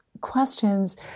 questions